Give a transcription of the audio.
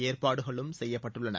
ஏற்பாடுகளும் செய்யப்பட்டுள்ளன